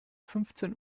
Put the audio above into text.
fünfzehn